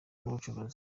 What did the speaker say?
n’ubucuruzi